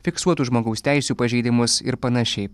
fiksuotų žmogaus teisių pažeidimus ir panašiai